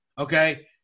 okay